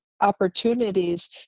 opportunities